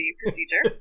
procedure